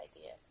idea